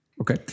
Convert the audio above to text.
Okay